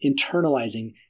internalizing